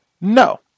No